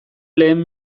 lehen